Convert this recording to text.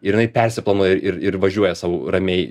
ir jinai persiplanuoja ir ir važiuoja sau ramiai